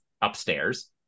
upstairs